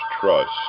trust